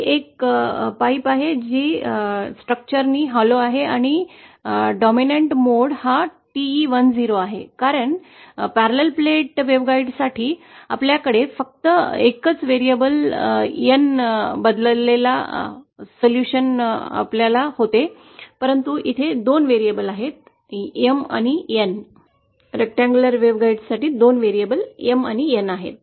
ही एक पाईप आहे जी संरचनेच्या आत hollow आहे आणि प्रबळ मोड TE10 आहे कारण समांतर प्लेट मार्गदर्शका साठी आपल्याकडे फक्त एकच व्हेरिएबल N बरोबर बदललेले समाधान होते तर आयताकृती वेव्हगाइड च्या बाबतीत आपल्याकडे दोन व्हेरिएबल्स M आणि N आहेत